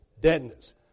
deadness